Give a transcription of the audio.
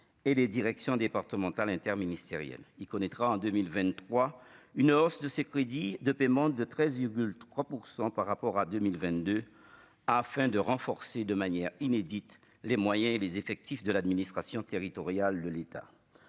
et les directions départementales interministérielles, il connaîtra en 2023, une hausse de ces crédits de paiement de 13,3 % par rapport à 2022 afin de renforcer de manière inédite, les moyens et les effectifs de l'administration territoriale de l'État,